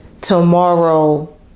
tomorrow